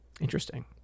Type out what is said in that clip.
Interesting